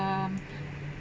um